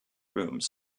rooms